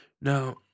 Now